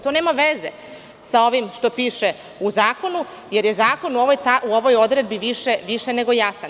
To nema veze sa ovim što piše u zakonu, jer je zakon u ovoj odredbi više nego jasan.